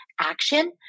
action